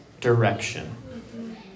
direction